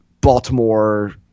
Baltimore